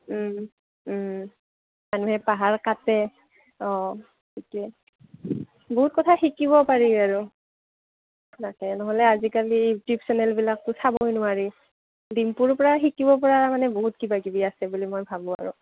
মানুহে পাহাৰ কাটে অঁ সেইটোৱে বহুত কথা শিকিব পাৰি আৰু তাকে নহ'লে আজিকালি ইউটিউব চেনেল বিলাকতো চাবই নোৱাৰি ডিম্পুৰ পৰা শিকিব পৰা মানে বহুত কিবা কিবি আছে বুলি মই ভাবোঁ আৰু